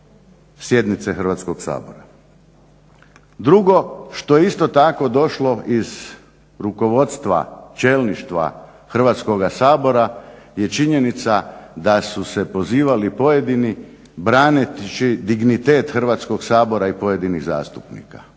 sjednice Hrvatskog sabora. Drugo što je isto tako došlo iz rukovodstva čelništva Hrvatskoga sabora je činjenica da su se pozivali pojedini braneći dignitet Hrvatskog sabora i pojedinih zastupnika.